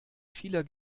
vieler